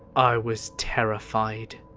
i was terrified.